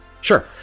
Sure